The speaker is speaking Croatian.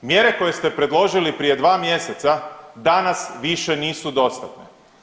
Mjere koje ste predložili prije dva mjeseca danas više nisu dostatne.